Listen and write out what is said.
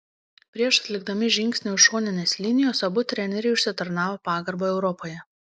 prieš atlikdami žingsnį už šoninės linijos abu treneriai užsitarnavo pagarbą europoje